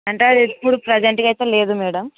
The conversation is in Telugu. అంటే అది ఇప్పుడు ప్రజెంట్కి అయితే లేదు మేడం